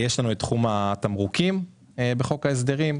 יש לנו את תחום התמרוקים בחוק ההסדרים,